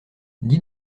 dis